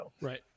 Right